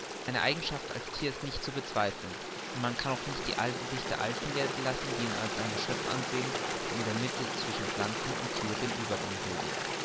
seine eigenschaft als thier ist nicht zu bezweifeln und man kann auch nicht die ansicht der alten gelten lassen die ihn als ein geschöpf ansahen das in der mitte zwischen pflanzen und thier den uebergang bilde